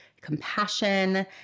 compassion